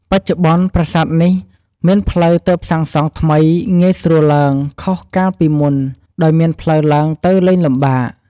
បច្ចុប្បន្នប្រាសាទនេះមានផ្លូវទើបសាងសង់ថ្មីងាយស្រួលឡើង ខុសកាលពីមុនដោយមានផ្លូវឡើងទៅលេងលំបាក។